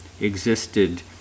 existed